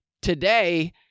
today